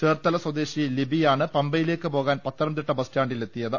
ചേർത്തല സ്വദേശി ലിബിയാണ് പമ്പയിലേക്ക് പോകാൻ പത്തനംതിട്ട ബസ്റ്റാന്റിലെത്തിയത്